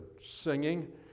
singing